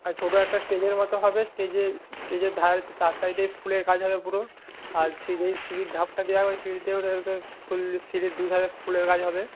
আর ছোটো একটা স্টেজের মতো হবে স্টেজে স্টেজের ধারেতে চার সাইডেই ফুলের কাজ হবে পুরো আর সিঁড়ি সিঁড়ির ধাপটা দেওয়া হয় সিঁড়িতেও ফুল সিঁড়ির দুধারে ফুলের কাজ হবে